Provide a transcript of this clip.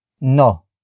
No